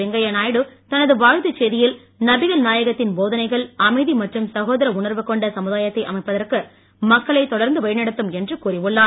வெங்கைய நாயுடு தனது வாழ்த்துச் செய்தியில் நபிகள் நாயகத்தின் போதனைகள் அமைதி மற்றும் சகோதர உணர்வு கொண்ட சமுதாயத்தை அமைப்பதற்கு மக்களை தொடர்ந்து வழிநடத்தும் என்று கூறியுள்ளார்